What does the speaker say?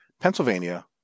Pennsylvania